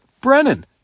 brennan